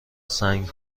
سنگ